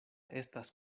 estas